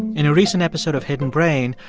in a recent episode of hidden brain,